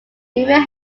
even